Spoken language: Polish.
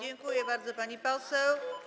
Dziękuję bardzo, pani poseł.